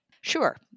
Sure